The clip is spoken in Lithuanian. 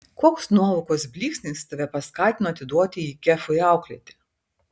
koks nuovokos blyksnis tave paskatino atiduoti jį kefui auklėti